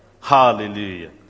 Hallelujah